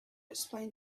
explain